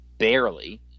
Barely